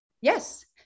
Yes